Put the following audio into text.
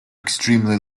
extremely